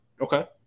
Okay